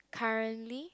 currently